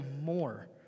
more